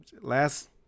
last